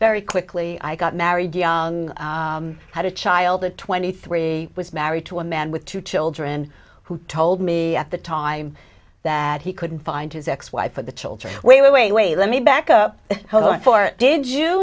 very quickly i got married young had a child at twenty three was married to a man with two children who told me at the time that he couldn't find his ex wife or the children way way way let me back up for did